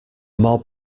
mob